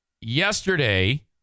yesterday